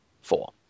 four